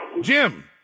Jim